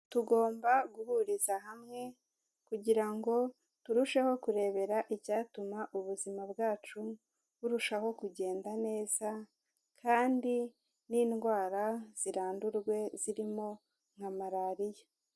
Tugomba guhuriza hamwe kugira ngo turusheho kurebera icyatuma ubuzima bwacu burushaho kugenda neza kandi n'indwara zirandurwe zirimo nka malariya.